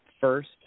first